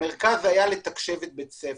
המרכז היה לתקשב את בית ספר.